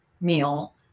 meal